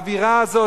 האווירה הזאת,